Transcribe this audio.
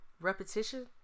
repetition